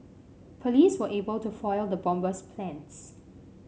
police were able to foil the bomber's plans